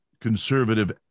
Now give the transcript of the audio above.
conservative